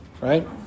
right